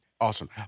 Awesome